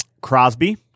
Crosby